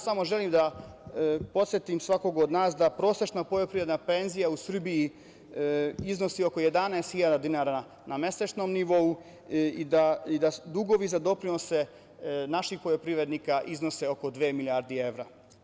Samo želim da podsetim svakog od nas da prosečna poljoprivredna penzija u Srbiji iznosi oko 11.000 dinara na mesečnom nivou i da dugovi za doprinos naših poljoprivrednika iznose oko dve milijardi evra.